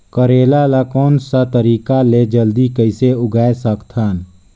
करेला ला कोन सा तरीका ले जल्दी कइसे उगाय सकथन?